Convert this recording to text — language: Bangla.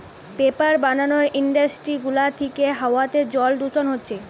পেপার বানানার ইন্ডাস্ট্রি গুলা থিকে হাওয়াতে জলে দূষণ হচ্ছে